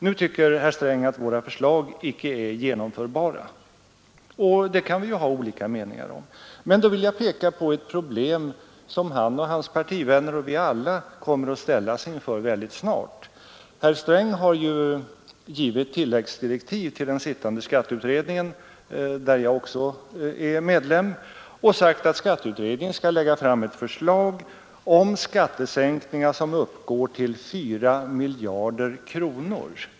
Nu tycker herr Sträng att våra förslag inte är genomförbara, och det kan vi ha olika meningar om, men jag vill peka på ett problem som han och hans partivänner — ja, vi alla — kommer att ställas inför mycket snart. Herr Sträng har gett tilläggsdirektiv till den sittande skatteutredningen, där jag också är ledamot, och sagt att utredningen skall lägga fram förslag om skattesänkningar som uppgår till 4 miljarder kronor.